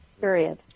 Period